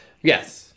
Yes